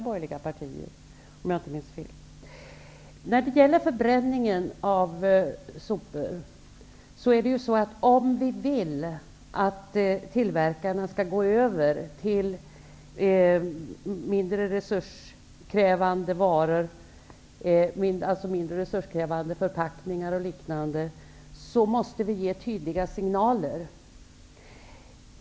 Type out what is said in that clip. Om vi vill att tillverkarna skall gå över till mindre resurskrävande förpackningar m.m., måste vi ge tydliga signaler.